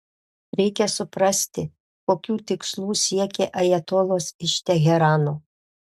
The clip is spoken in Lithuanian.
reikia suprasti kokių tikslų siekia ajatolos iš teherano